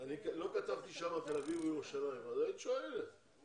הקודמת בכל מה שקשור לאנטישמיות ברשתות החברתיות.